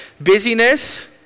Busyness